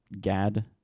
Gad